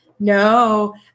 No